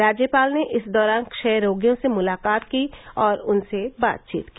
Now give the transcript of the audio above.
राज्यपाल ने इस दौरान क्षय रोगियों से मुलाकात की और उनसे बातचीत की